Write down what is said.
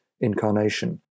incarnation